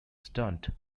stunt